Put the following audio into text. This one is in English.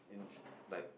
been like